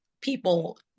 people